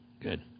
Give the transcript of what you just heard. good